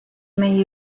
may